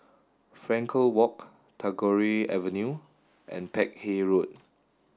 Frankel Walk Tagore Avenue and Peck Hay Road